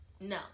No